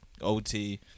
OT